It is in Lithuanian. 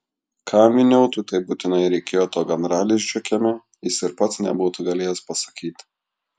kam vyniautui taip būtinai reikėjo to gandralizdžio kieme jis ir pats nebūtų galėjęs pasakyti